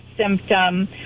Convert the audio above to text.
symptom